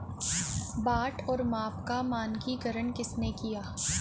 बाट और माप का मानकीकरण किसने किया?